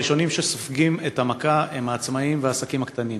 הראשונים שסופגים את המכה הם העצמאים והעסקים הקטנים.